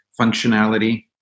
functionality